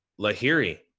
Lahiri